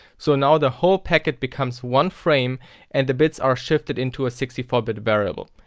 so now the whole packet becomes one frame and the bits are shifted into a sixty four bit variable.